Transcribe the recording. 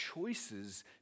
choices